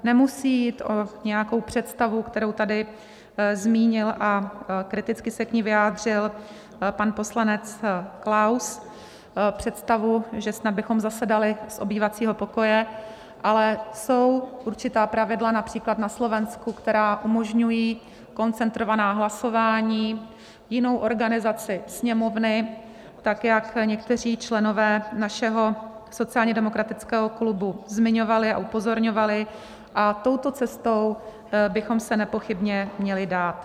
Nemusí jít o nějakou představu, kterou tady zmínil a kriticky se k ní vyjádřil pan poslanec Klaus, představu, že snad bychom zasedali z obývacího pokoje, ale jsou určitá pravidla, například na Slovensku, která umožňují koncentrovaná hlasování, jinou organizaci Sněmovny, tak jak někteří členové našeho sociálně demokratického klubu zmiňovali a upozorňovali, a touto cestou bychom se nepochybně měli dát.